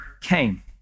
came